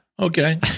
Okay